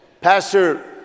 Pastor